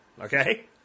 Okay